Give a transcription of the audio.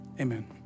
Amen